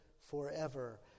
forever